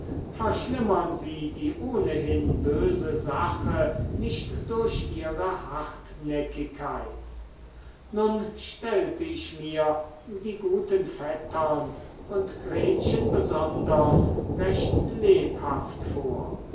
verschlimmern sie die ohnehin böse sache nicht durch ihre hartnäckigkeit nun stellte ich mir die guten vettern und gretchen besonders recht lebhaft vor